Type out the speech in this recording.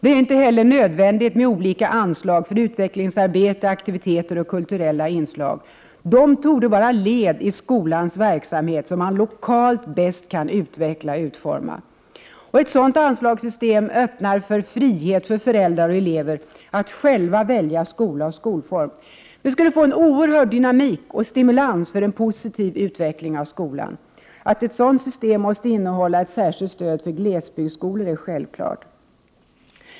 Det är inte heller nödvändigt med olika anslag för utvecklingsarbete, aktiviteter och kulturella inslag. De torde vara led i skolans verksamhet, som man lokalt bäst kan utveckla och utforma. Ett sådant anslagssystem öppnar för frihet för föräldrar och elever att själva välja skola och skolform. Vi skulle kunna få en oerhörd dynamik och stimulans för en positiv utveckling av skolan. Att ett sådant system måste innehålla ett särskilt stöd för glesbygdsskolor är självklart.